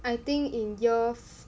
I think in year f~